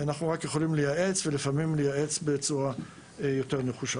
אנחנו רק יכולים לייעץ ולפעמים לייעץ בצורה יותר נחושה.